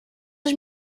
ich